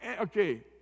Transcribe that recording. Okay